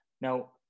Now